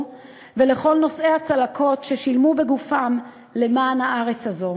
ולכל נושאי הצלקות ששילמו בגופם למען הארץ הזאת.